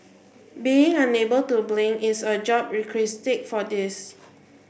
being unable to blink is a job requisite for this